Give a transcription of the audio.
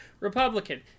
Republican